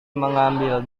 mengambil